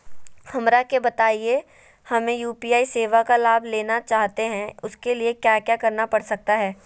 हमरा के बताइए हमें यू.पी.आई सेवा का लाभ लेना चाहते हैं उसके लिए क्या क्या करना पड़ सकता है?